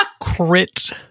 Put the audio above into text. Crit